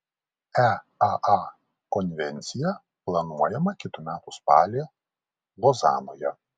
eaa konvencija planuojama kitų metų spalį lozanoje